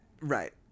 Right